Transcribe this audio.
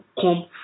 come